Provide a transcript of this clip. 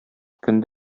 көн